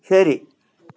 ശരി